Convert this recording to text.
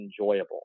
enjoyable